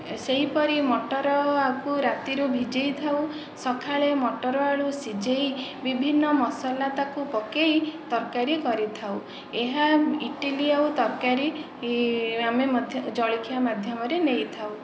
ସେହିପରି ମଟରକୁ ରାତିରେ ଭିଜେଇ ଥାଉ ସକାଳେ ମଟର ଆଳୁ ସିଝେଇ ବିଭିନ୍ନ ମସଲା ତାକୁ ପକେଇ ତରକାରି କରିଥାଉ ଏହା ଇଟିଲି ଆଉ ତରକାରି ଆମେ ମଧ୍ୟ ଜଳଖିଆ ମାଧ୍ୟମରେ ନେଇଥାଉ